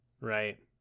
Right